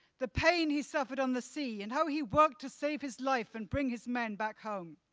the pain he suffered on the sea and how he worked to save his life and bring his men back home.